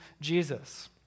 Jesus